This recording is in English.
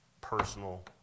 personal